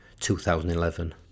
2011